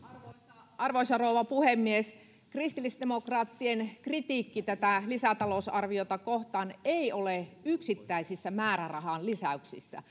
arvoisa rouva puhemies kristillisdemokraattien kritiikki tätä lisätalousarviota kohtaan ei ole yksittäisissä määrärahalisäyksissä